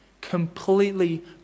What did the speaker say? Completely